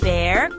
Bear